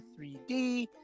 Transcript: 3D